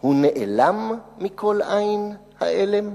הוא נעלם מכל עין, העלם?